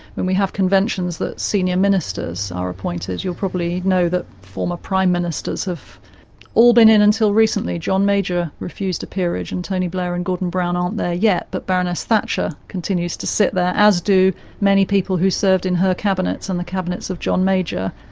and we have conventions that senior ministers are appointed. you'll probably know that former prime ministers have all been in until recently. john major refused a peerage and tony blair and gordon brown aren't there yet, but baroness thatcher continues to sit there, as do many people who served in her cabinets and the cabinets of john major,